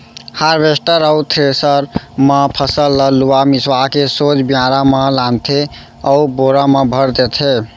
harvester अउ thresher म फसल ल लुवा मिसवा के सोझ बियारा म लानथे अउ बोरा म भर देथे